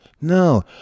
No